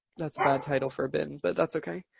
that's a bad title for a bin, but that's okay.